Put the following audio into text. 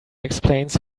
explains